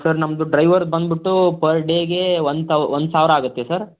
sir ನಮ್ಮದು ಡ್ರೈವರ್ದು ಬಂದುಬಿಟ್ಟು ಪರ್ ಡೇಗೆ ಒನ್ ತೌ ಒಂದು ಸಾವಿರ ಆಗುತ್ತೆ ಸರ್